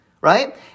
Right